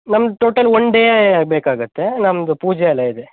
ನಮ್ಗೆ total one ಡೇಗೆ ಬೇಕಾಗುತ್ತೆ ನಮ್ಮದು ಪೂಜೆ ಎಲ್ಲ ಇದೆ